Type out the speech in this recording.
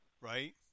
right